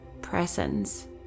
presence